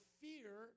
fear